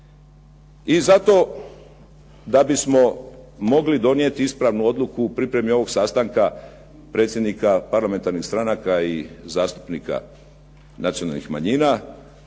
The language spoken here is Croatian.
I zato, da bismo mogli donijeti ispravnu odluku u pripremi ovog sastanka predsjednika parlamentarnih stranaka i zastupnika nacionalnih manjina,